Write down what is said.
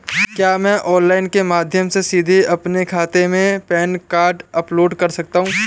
क्या मैं ऑनलाइन के माध्यम से सीधे अपने खाते में पैन कार्ड अपलोड कर सकता हूँ?